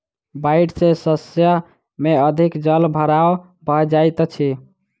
बाइढ़ सॅ शस्य में अधिक जल भराव भ जाइत अछि